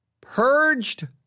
purged